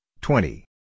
twenty